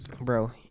bro